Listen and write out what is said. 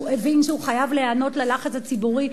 הבין שהוא חייב להיענות ללחץ הציבורי.